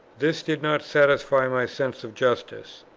this did not satisfy my sense of justice.